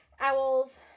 owls